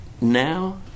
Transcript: Now